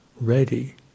ready